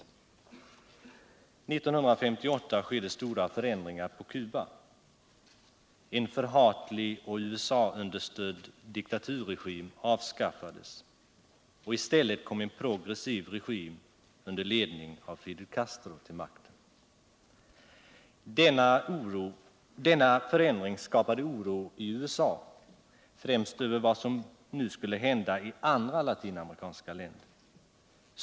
1958 skedde stora förändringar på Cuba. En förhatlig och USA-understödd diktaturregim avskaffades, och i stället kom en progressiv regim under ledning av Fidel Castro till makten. Denna förändring skapade oro i USA. främst inför vad som nu skulle hända i andra latinamerikanska länder.